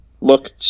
look